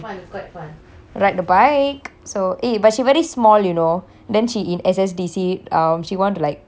ride the bike so eh but she very small you know then she in S_S_D_C um she want to like ride the bike